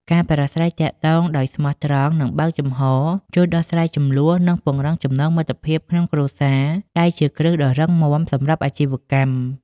ការប្រាស្រ័យទាក់ទងដោយស្មោះត្រង់ និងបើកចំហរ ជួយដោះស្រាយជម្លោះ និងពង្រឹងចំណងមិត្តភាពក្នុងគ្រួសារ ដែលជាគ្រឹះដ៏រឹងមាំសម្រាប់អាជីវកម្ម។